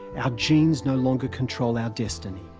our genes no longer control our destiny.